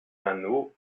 anneaux